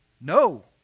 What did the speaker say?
no